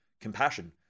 compassion